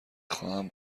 خواهم